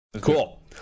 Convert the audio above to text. Cool